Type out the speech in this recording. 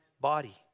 body